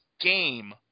game